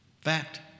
Fact